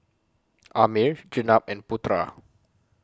Ammir Jenab and Putera